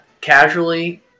casually